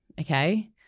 okay